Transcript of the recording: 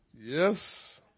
Yes